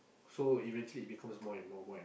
so eventually it becomes more and more more and